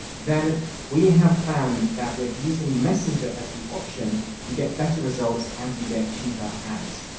then we have found that with using messenger as the option, you get better results and you get cheaper ads.